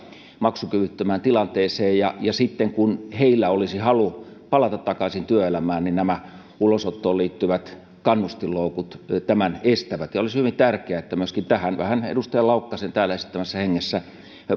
maksukyvyttömään tilanteeseen ja ja sitten kun heillä olisi halu palata takaisin työelämään niin nämä ulosottoon liittyvät kannustinloukut tämän estävät olisi hyvin tärkeää että myöskin tähän vähän edustaja laukkasen täällä esittämässä hengessä